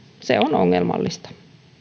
se on ongelmallista